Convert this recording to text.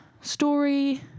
story